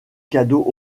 cadeaux